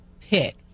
pit